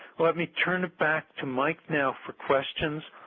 let me turn back to mike now for questions.